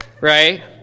right